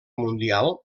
mundial